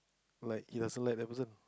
like he doesn't like that person